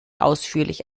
ausführlich